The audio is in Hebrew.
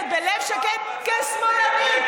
הממשלה הזאת עושה הרבה דברים שלא מוצאים חן בעיניי.